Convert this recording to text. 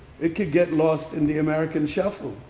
it could get lost in the american shuffle.